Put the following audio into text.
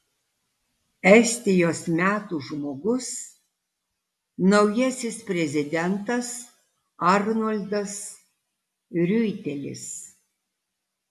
estijos metų žmogus naujasis prezidentas arnoldas riuitelis